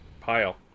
pile